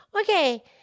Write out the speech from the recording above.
okay